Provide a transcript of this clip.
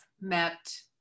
met